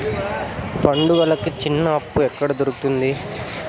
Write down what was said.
పండుగలకి చిన్న అప్పు ఎక్కడ దొరుకుతుంది